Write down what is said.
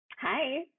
Hi